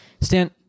Stan